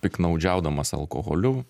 piktnaudžiaudamas alkoholiu